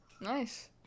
Nice